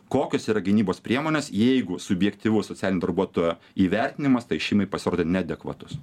kokios yra gynybos priemonės jeigu subjektyvus socialinio darbuotojo įvertinimas tai šeimai pasirodė neadekvatus